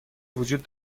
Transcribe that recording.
وجود